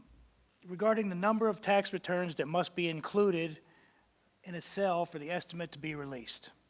regarding the number of tax returns that must be included in a cell for the estimate to be released.